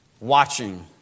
watching